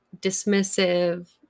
dismissive